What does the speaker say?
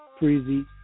Freezy